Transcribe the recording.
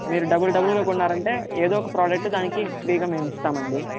మీరు డబల్ డబల్గా కొన్నారంటే ఎదో ఒక ప్రోడక్ట్ దానికి ఫ్రీగా మేము ఇస్తామండి